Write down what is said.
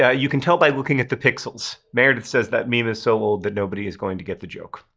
yeah you can tell by looking at the pixels. meredith says that meme is so old that nobody is going to get the joke.